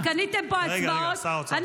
-- כי קניתם פה הצבעות.